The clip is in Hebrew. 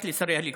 רק לשרי הליכוד,